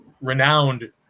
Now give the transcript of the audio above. renowned